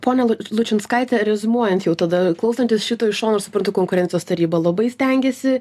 ponia lučinskaite reziumuojant jau tada klausantis šito iš šono aš suprantu konkurencijos taryba labai stengiasi